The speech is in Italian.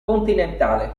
continentale